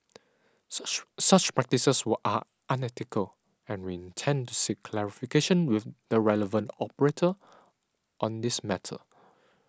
such practices are unethical and we intend to seek clarification with the relevant operator on this matter